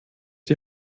die